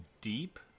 deep